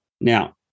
Now